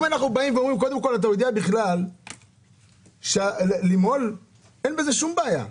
אתה יודע שבלמהול אין שום בעיה,